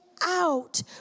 out